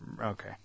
Okay